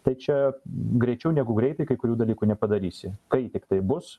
tai čia greičiau negu greitai kai kurių dalykų nepadarysi kai tiktai bus